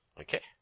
Okay